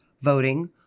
voting